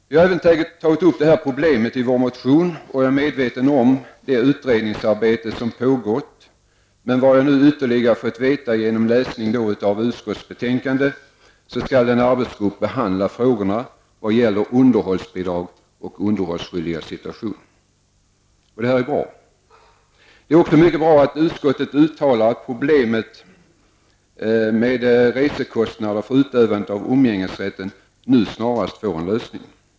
Vi har även tagit upp det här problemet i vår motion. Jag är medveten om det utredningsarbete som pågått, men jag har nu ytterligare fått veta genom läsning av utskottsbetänkandet att en arbetsgrupp skall behandla frågorna vad gäller underhållsbidrag och underhållsskyldigas situation. Detta är bra. Det är också mycket bra att utskottet uttalar att problemet med resekostnader för utövande av umgängesrätten nu snarast får en lösning.